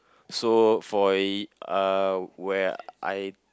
so for a uh where I